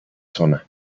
zona